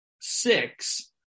six